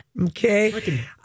Okay